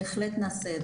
בהחלט נעשה את זה.